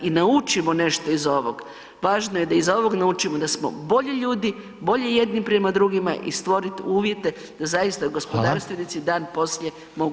I naučimo nešto iz ovog, važno je da iz ovog naučimo da smo bolji ljudi, bolji jedni prema drugima i stvorit uvjete da zaista gospodarstvenici [[Upadica: Hvala.]] dan poslije mogu raditi.